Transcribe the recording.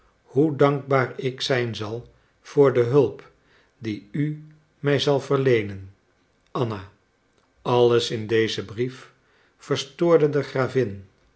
hoe dankbaar ik zijn zal voor de hulp die u mij zal verleenen anna alles in dezen brief verstoorde de gravin